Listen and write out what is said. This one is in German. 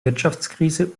wirtschaftskrise